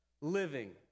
living